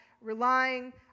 relying